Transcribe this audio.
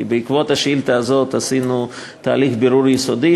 כי בעקבות השאילתה הזאת עשינו תהליך בירור יסודי,